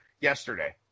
yesterday